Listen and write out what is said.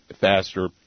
faster